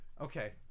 okay